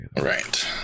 right